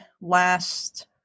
last